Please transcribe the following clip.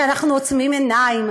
כי אנחנו עוצמים עיניים,